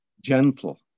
gentle